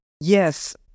Yes